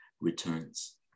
returns